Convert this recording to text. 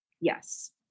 Yes